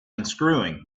unscrewing